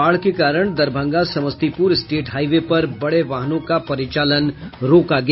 बाढ़ के कारण दरभंगा समस्तीपुर स्टेट हाईवे पर बड़े वाहनों का परिचालन रोका गया